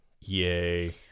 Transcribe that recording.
Yay